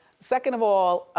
second of all,